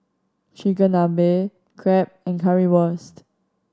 Chigenabe Crepe and in Currywurst